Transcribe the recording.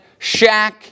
Shaq